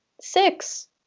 Six